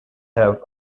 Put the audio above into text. have